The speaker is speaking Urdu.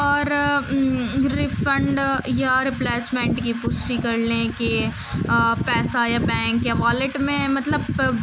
اور ریفنڈ یا رپلیسمنٹ کی پشٹی کر لیں کہ پیسہ یا بینک یا والیٹ میں مطلب